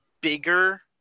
bigger